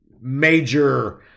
Major